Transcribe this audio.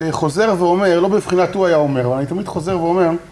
חוזר ואומר, לא בבחינת הוא היה אומר, אבל אני תמיד חוזר ואומר